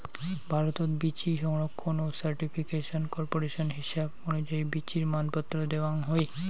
ভারতত বীচি সংরক্ষণ ও সার্টিফিকেশন কর্পোরেশনের হিসাব অনুযায়ী বীচির মানপত্র দ্যাওয়াং হই